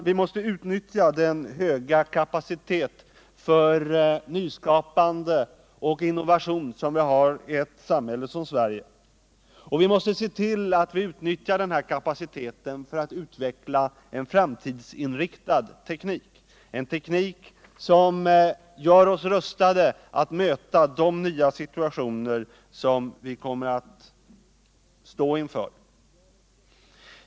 Vi måste utnyttja den höga kapacitet för nyskapande och innovation som vi har i ett samhälle som Sverige, och vi måste vidare se till att vi utnyttjar den kapaciteten för att utveckla en framtidsinriktad teknik, vilken gör oss rustade att möta de nya situationer som vi kommer att ställas inför.